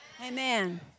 Amen